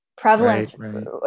prevalence